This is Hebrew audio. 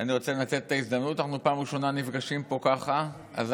אני רוצה לנצל את ההזדמנות שאנחנו נפגשים ככה בפעם הראשונה,